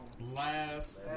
laugh